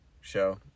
show